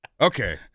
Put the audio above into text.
Okay